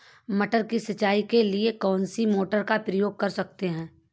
मटर की सिंचाई के लिए कौन सी मोटर का उपयोग कर सकते हैं?